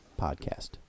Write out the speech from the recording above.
Podcast